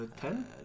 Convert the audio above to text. ten